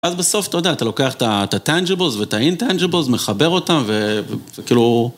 אז בסוף אתה יודע, אתה לוקח את הטנג'יבוס ואת האינטנג'יבוס, מחבר אותם וזה כאילו...